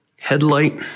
headlight